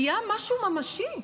היה משהו ממשי.